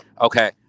Okay